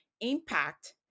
impact